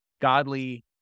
godly